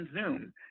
Zoom